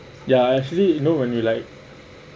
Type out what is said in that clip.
ya actually you know when we like